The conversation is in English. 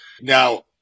Now